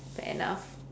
fair enough